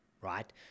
right